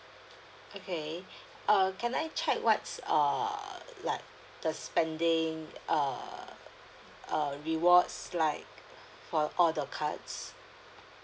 okay err can I check what's err like the spending err uh rewards like for all the cards